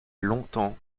longtemps